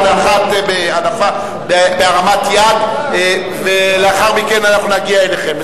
לאחת בהרמת יד ולאחר מכן נגיע אליכם,